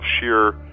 sheer